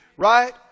Right